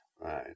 right